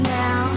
now